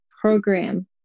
program